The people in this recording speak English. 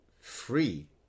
free